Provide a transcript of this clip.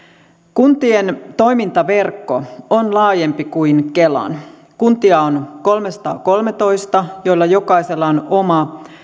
kuntien toimintaverkko on laajempi kuin kelan kuntia on kolmesataakolmetoista joilla jokaisella on oma